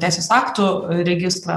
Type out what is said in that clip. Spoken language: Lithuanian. teisės aktų registrą